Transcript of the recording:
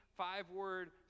five-word